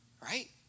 right